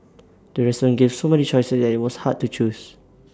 the restaurant gave so many choices that IT was hard to choose